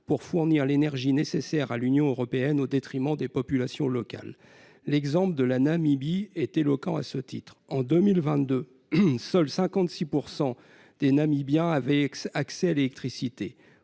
pour fournir l'énergie nécessaire à l'Union européenne, au détriment des populations locales. L'exemple de la Namibie est particulièrement éloquent. En 2022, seuls 56 % des Namibiens avaient accès à l'électricité.